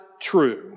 true